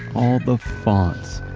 all the fonts,